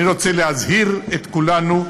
אני רוצה להזהיר את כולנו: